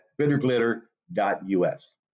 Bitterglitter.us